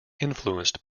influenced